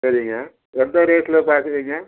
சரிங்க எந்த ரேட்ல பார்க்குறீங்க